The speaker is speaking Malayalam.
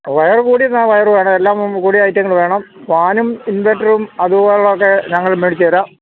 വയര് കൂടിയ ഇനം വയര് വേണം എല്ലാം കൂടിയ ഐറ്റങ്ങള് വേണം ഫാനും ഇൻവെർട്ടറും അതുപോലെയുള്ളതൊക്കെ ഞങ്ങള് മേടിച്ചുതരാം